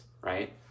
right